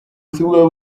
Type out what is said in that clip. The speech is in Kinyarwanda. butumwa